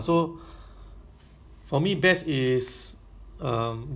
kena twenty four seven support